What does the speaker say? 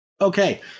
okay